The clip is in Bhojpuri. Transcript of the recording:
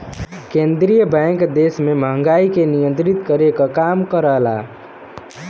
केंद्रीय बैंक देश में महंगाई के नियंत्रित करे क काम करला